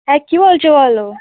হ্যাঁ কী বলছো বলো